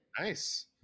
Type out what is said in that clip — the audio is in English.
nice